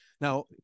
Now